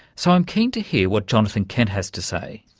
so, i'm keen to hear what jonathan kent has to say.